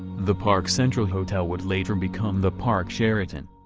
the park central hotel would later become the park sheraton.